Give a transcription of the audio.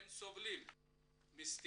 הם סובלים מסטיגמות